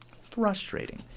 frustrating